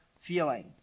feeling